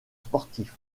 sportif